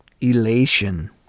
elation